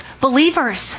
believers